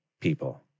people